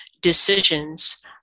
decisions